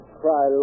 try